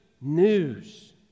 news